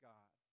God